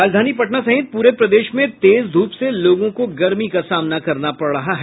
राजधानी पटना सहित पूरे प्रदेश में तेज धूप से लोगों को गर्मी का सामना करना पड़ रहा है